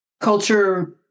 culture